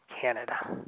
Canada